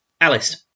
Alice